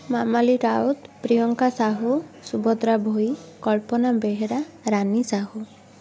Mamali Raut Priyanka Sahu Subhadra Bhoi Kalpana Behera Rani Sahu